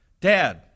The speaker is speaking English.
Dad